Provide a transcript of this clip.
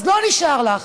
אז לא נשאר לך.